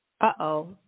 Uh-oh